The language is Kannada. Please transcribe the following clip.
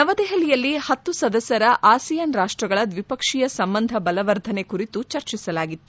ನವದೆಹಲಿಯಲ್ಲಿ ಪತ್ತು ಸದಸ್ಯರ ಆಸಿಯಾನ್ ರಾಷ್ಟಗಳ ದ್ವಿಪಕ್ಷೀಯ ಸಂಬಂಧ ಬಲವರ್ಧನೆ ಕುರಿತು ಚರ್ಚಿಸಲಾಗಿತ್ತು